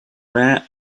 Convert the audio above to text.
rare